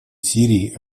сирии